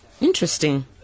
Interesting